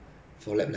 but